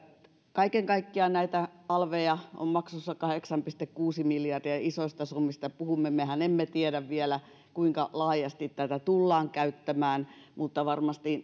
kaiken kaikkiaan näitä alveja on maksussa kahdeksan pilkku kuusi miljardia isoista summista puhumme mehän emme tiedä vielä kuinka laajasti tätä tullaan käyttämään mutta varmasti